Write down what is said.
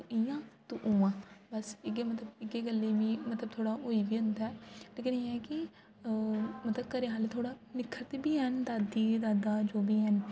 तूं इ'यां तूं उ'यां बस मतलब इयै गल्लै गी मी मतलब थोह्डा होई बी जंदा ऐ लेकिन एह् ऐ कि मतलब घरै आह्ले थोह्ड़ा निक्खरदे बी ऐ न दादी दादा जो बी हैन